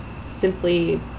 simply